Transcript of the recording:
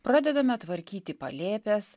pradedame tvarkyti palėpes